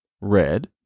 red